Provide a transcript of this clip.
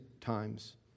times